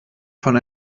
von